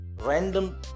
random